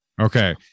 okay